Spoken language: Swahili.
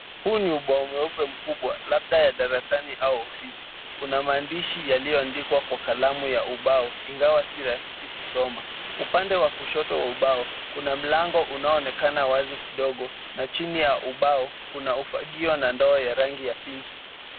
Huu ni ubao mweupe mkubwa labda ya darasani au ofisi. Kuna maandishi yaliyoandikwa kwa kalamu ya ubao ingawa si rahisi kusoma. Upande wa kushoto wa ubao kuna mlango unaoonekana wazi kidogo na chini ya ubao kuna ufagio na ndoo ya rangi ya pinki.